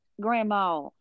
grandma